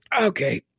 Okay